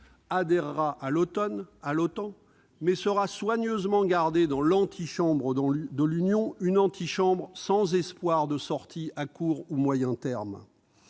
adhérera à l'OTAN, mais sera soigneusement maintenue dans l'antichambre de l'Union européenne, sans espoir d'en sortir à court ou à moyen terme.